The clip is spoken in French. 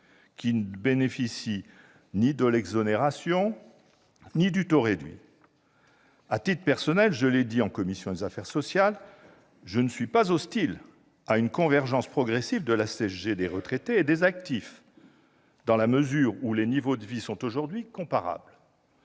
qui ne bénéficient ni de l'exonération ni du taux réduit. À titre personnel, je l'ai dit en commission des affaires sociales, je ne suis pas hostile à une convergence progressive de la CSG des retraités et des actifs, dans la mesure où les niveaux de vie sont aujourd'hui comparables.